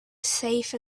safe